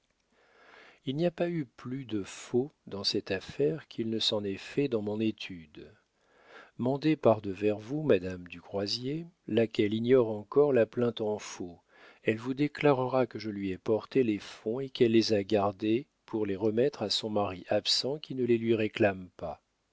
il n'y a pas eu plus de faux dans cette affaire qu'il ne s'en est fait dans mon étude mandez par devers vous madame du croisier laquelle ignore encore la plainte en faux elle vous déclarera que je lui ai porté les fonds et qu'elle les a gardés pour les remettre à son mari absent qui ne les lui réclame pas